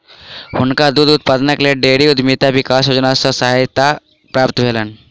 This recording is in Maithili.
हुनका दूध उत्पादनक लेल डेयरी उद्यमिता विकास योजना सॅ सहायता प्राप्त भेलैन